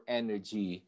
energy